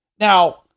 Now